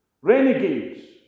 Renegades